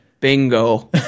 bingo